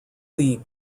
league